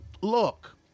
look